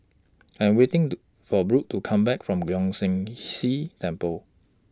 I'm waiting The For Brook to Come Back from Leong San See Temple